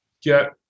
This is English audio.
get